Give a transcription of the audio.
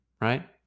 Right